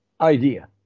idea